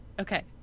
Okay